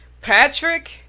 Patrick